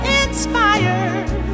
inspired